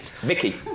Vicky